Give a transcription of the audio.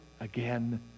again